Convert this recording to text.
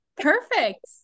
perfect